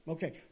Okay